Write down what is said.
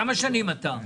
כמה שנים אתה?